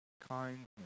kindness